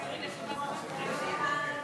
ההצעה להעביר את הצעת חוק סדר הדין הפלילי (סמכות